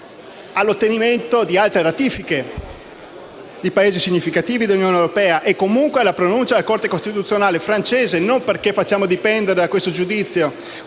all'ottenimento di altre ratifiche di Paesi significativi dell'Unione europea e comunque alla pronuncia della Corte costituzionale francese, non perché facciamo dipendere da questo giudizio